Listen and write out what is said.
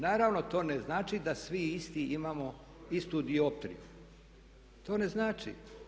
Naravno to ne znači da svi isti imamo istu dioptriju, to ne znači.